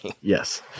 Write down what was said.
Yes